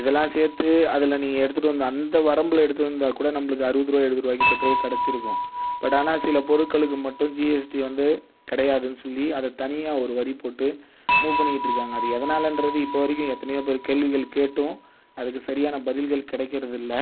இதெல்லாம் சேர்த்து அதில் நீங்கள் எடுத்துட்டு வந்த அந்த வரம்பில் எடுத்துட்டு வந்தால் கூட நம்மளுக்கு அறுபது ரூபாய் எழுபது ரூபாய்க்கு பெட்ரோல் கெடைச்சிருக்கும் பட் ஆனால் சில பொருட்களுக்கு மட்டும் ஜிஎஸ்டி வந்து கிடையாதுன்னு சொல்லி அதை தனியாக ஒரு வரி போட்டு மூவ் பண்ணிகிட்டு இருக்காங்க அது எதனாலன்றது இப்போது வரைக்கும் எத்தனையோ பேர் கேள்விகள் கேட்டும் அதுக்கு சரியான பதில்கள் கிடைக்கிறது இல்லை